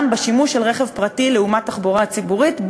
בשימוש ברכב פרטי לעומת תחבורה ציבורית,